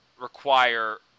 require